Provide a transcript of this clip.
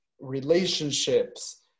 relationships